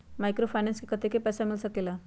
Microfinance से कतेक पैसा मिल सकले ला?